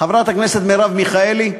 חברת הכנסת מרב מיכאלי,